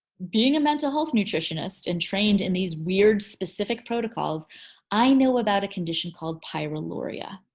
being a mental health nutritionist and trained in these weird specific protocols i know about a condition called pyroluria.